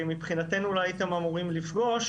שמבחינתנו אולי הייתם אמורים לפגוש,